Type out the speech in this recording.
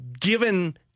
given